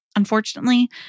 Unfortunately